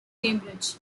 cambridge